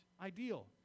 ideal